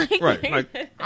Right